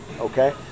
okay